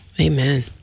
Amen